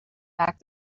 back